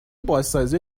بازسازی